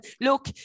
look